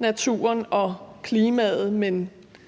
naturen og klimaet.